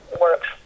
works